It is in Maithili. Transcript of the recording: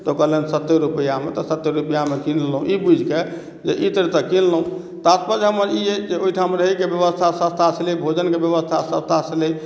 तऽ कहलनि सत्तर रुपआमे तऽ सत्तर रुपआमे कीन लेलहुँ ई बुझिक जे इत्र तऽ किनलहुँ तात्पर्य हमर ई अछि जे ओहिठाम रहिकऽ व्यवस्था सस्ता छेलै भोजनक व्यवस्था सस्ता छलै